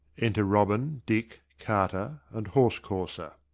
enter robin, dick, carter, and horse-courser.